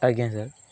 ଆଜ୍ଞା ସାର୍